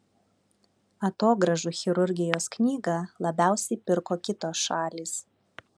atogrąžų chirurgijos knygą labiausiai pirko kitos šalys